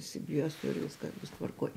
įsibijosiu ir viskas bus tvarkoj